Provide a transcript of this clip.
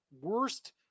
worst